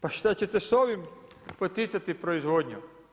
Pa šta ćete s ovim poticati proizvodnju?